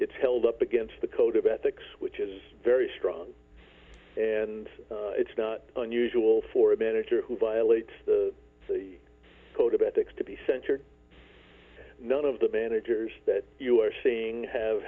it's held up against the code of ethics which is very strong and it's not unusual for a manager who violates the code of ethics to be censured none of the managers that you are seeing have